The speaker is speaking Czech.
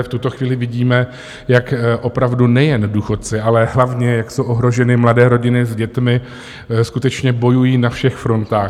V tuto chvíli vidíme, jak opravdu nejen důchodci, ale hlavně jak jsou ohroženy mladé rodiny s dětmi, skutečně bojují na všech frontách.